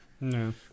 No